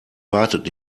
wartet